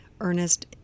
Ernest